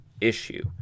issue